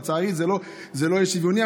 לצערי זה לא יהיה שוויוני,